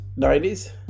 90s